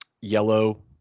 yellow